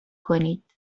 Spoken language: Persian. کنید